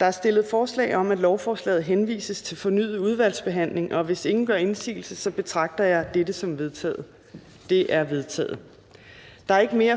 Der er stillet forslag om, at lovforslaget henvises til fornyet udvalgsbehandling, og hvis ingen gør indsigelse, betragter jeg dette som vedtaget. Det er vedtaget. --- Kl. 15:24 Meddelelser